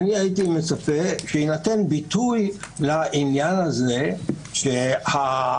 הייתי מצפה שיינתן ביטוי לעניין הזה שחוות-דעת